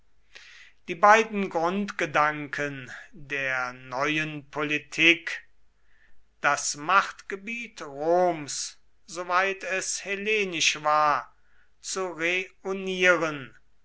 die beiden grundgedanken der neuen politik das machtgebiet roms soweit es hellenisch war zu reunieren